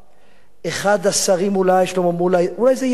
אחד השרים, אולי שלמה מולה, אולי זה יהיה אתה,